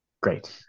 Great